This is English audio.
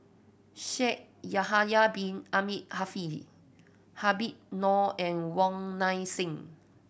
Shaikh Yahya Bin Ahmed Afifi Habib Noh and Wong Nai Chin